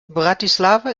bratislava